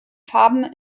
farben